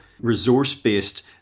resource-based